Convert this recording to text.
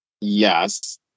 yes